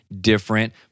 different